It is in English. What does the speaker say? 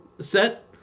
set